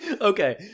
Okay